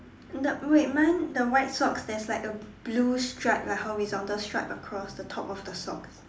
end up wait mine the white sock there's like a blue stripe like horizontal stripe across the top of the sock